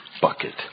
bucket